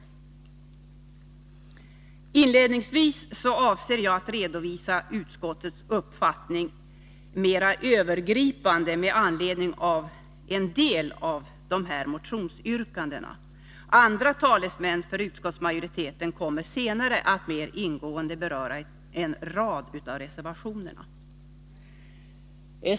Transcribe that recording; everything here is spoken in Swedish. Rekonstruktion Inledningsvis avser jag att redovisa utskottets uppfattning mera övergriav Statsföretagspande med anledning av en del av dessa motionsyrkanden. Andra talesmän gruppen för utskottsmajoriteten kommer senare att mer ingående beröra en rad av reservationerna.